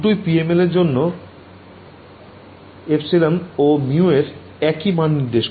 দুটোই PML এর জন্য ε ও μ এর একই মান নির্দেশ করে